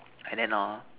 and then hor